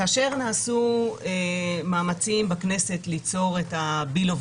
כאשר נעשו מאמצים בכנסת ליצור את ה-Bill of